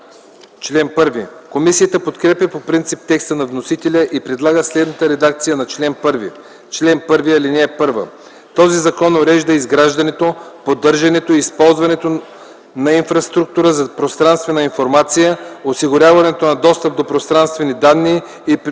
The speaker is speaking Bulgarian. ВЪЛКОВ: Комисията подкрепя по принцип текста на вносителя и предлага следната редакция на чл. 1: „Чл. 1. (1) Този закон урежда изграждането, поддържането и използването на инфраструктура за пространствена информация, осигуряването на достъп до пространствени данни и предоставянето